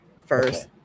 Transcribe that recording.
first